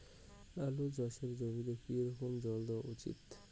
আলু চাষের জমিতে কি রকম জল দেওয়া উচিৎ?